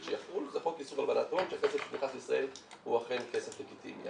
שיחול זה חוק איסור הלבנת הון שהכסף נכנס לישראל הוא אכן כסף לגיטימי.